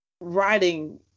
writing